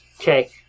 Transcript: Okay